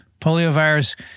poliovirus